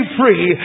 free